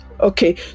Okay